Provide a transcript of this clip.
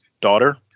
daughter